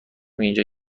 اینجا